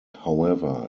however